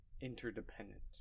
interdependent